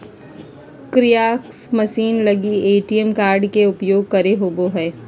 kiosk machine लगी ATM card के उपयोग करे होबो हइ